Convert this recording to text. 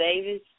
Davis